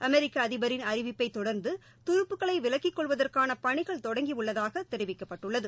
அமெரிக்க அதிபரின் அறிவிப்பைத் தொடர்ந்து துருப்புக்களை விலக்கிக்கொள்வதற்கான பணிகள் தொடங்கியுள்ளதாக தெரிவிக்கப்பட்டுள்ளது